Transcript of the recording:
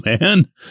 man